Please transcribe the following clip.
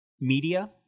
Media